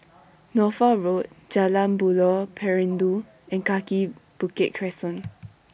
Norfolk Road Jalan Buloh Perindu and Kaki Bukit Crescent